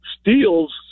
steals